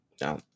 Now